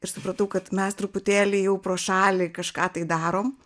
ir supratau kad mes truputėlį jau pro šalį kažką tai darom